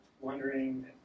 wondering